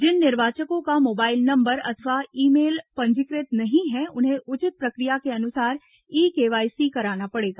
जिन निर्वाचकों का mobile number अथवा ई मेल पंजीकृत नहीं हैं उन्हें उचित प्रक्रिया के अनुसार ई केवाईसी कराना पड़ेगा